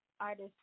artists